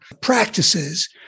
practices